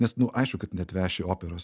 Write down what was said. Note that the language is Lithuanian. nes nu aišku kad neatveši operos